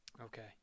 Okay